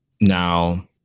Now